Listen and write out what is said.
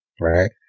right